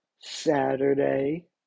Saturday